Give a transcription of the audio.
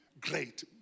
great